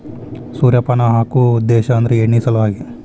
ಸೂರ್ಯಪಾನ ಹಾಕು ಉದ್ದೇಶ ಅಂದ್ರ ಎಣ್ಣಿ ಸಲವಾಗಿ